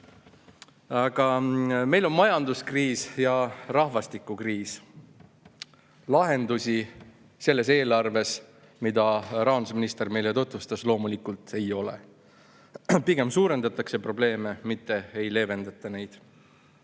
on. Meil on majanduskriis ja rahvastikukriis. Lahendusi selles eelarves, mida rahandusminister meile tutvustas, loomulikult ei ole. Pigem suurendatakse probleeme, mitte ei leevendata neid.